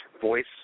voice